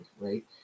right